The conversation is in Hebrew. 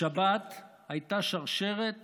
בשבת הייתה שרשרת